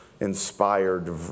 inspired